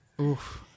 Oof